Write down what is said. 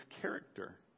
character